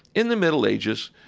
in the middle ages,